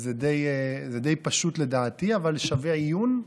זה די פשוט, לדעתי, אבל שווה עיון.